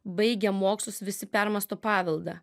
baigę mokslus visi permąsto paveldą